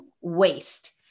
waste